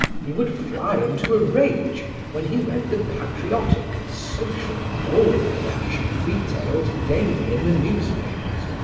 he would fly into a rage when he read the patriotic and social balderdash retailed daily in the newspapers,